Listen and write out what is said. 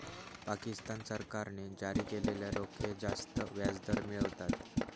पाकिस्तान सरकारने जारी केलेले रोखे जास्त व्याजदर मिळवतात